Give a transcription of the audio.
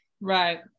Right